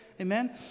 Amen